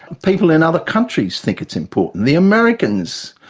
people in other countries think it's important. the americans,